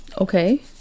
okay